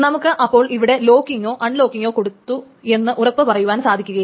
നമുക്ക് അപ്പോൾ ഇവിടെ ലോക്കിങ്ങോ അൺലോക്കിങ്ങോ കൊടുത്തു എന്ന് ഉറപ്പു പറയുവാൻ സാധിക്കുകയില്ല